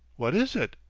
what is it?